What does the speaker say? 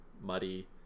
muddy